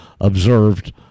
observed